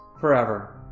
forever